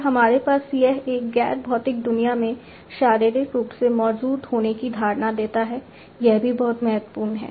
फिर हमारे पास यह एक गैर भौतिक दुनिया में शारीरिक रूप से मौजूद होने की धारणा देता है यह भी बहुत महत्वपूर्ण है